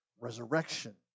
Resurrection